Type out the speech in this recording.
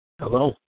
Hello